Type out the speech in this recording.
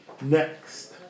Next